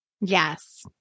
Yes